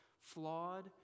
flawed